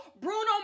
Bruno